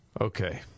Okay